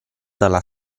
dalla